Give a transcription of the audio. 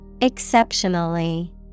Exceptionally